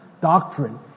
doctrine